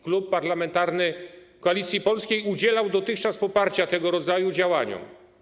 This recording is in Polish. Klub Parlamentarny Koalicja Polska udzielał dotychczas poparcia tego rodzaju działaniom.